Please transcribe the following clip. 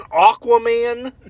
Aquaman